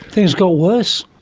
things got worse?